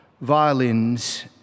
violins